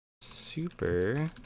Super